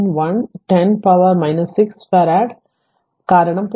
1 10 power 6 farad കാരണം 0